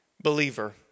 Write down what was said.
believer